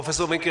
פרופ' וינקר,